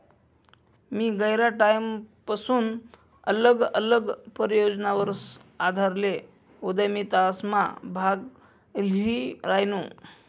मी गयरा टाईमपसून आल्लग आल्लग परियोजनासवर आधारेल उदयमितासमा भाग ल्ही रायनू